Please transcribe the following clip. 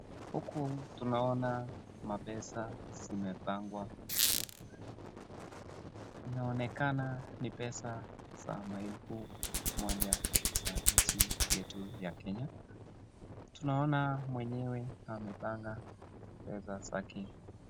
Huku tunaona pesa zimepangwa. Zinaonekana ni pesa za noti za elfu moja za nchi yetu ya Kenya. Tunaona mwenyewe amepanga pesa zake.